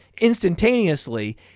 instantaneously